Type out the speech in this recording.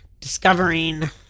discovering